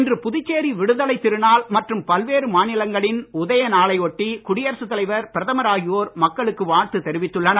இன்று புதுச்சேரி விடுதலை திருநாள் மற்றும் பல்வேறு மாநிலங்களின் உதய நாளை ஒட்டி குடியரசு தலைவர் பிரதமர் ஆகியோர் மக்களுக்கு வாழ்த்து தெரிவித்துள்ளனர்